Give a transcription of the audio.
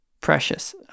precious